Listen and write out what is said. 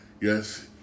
Yes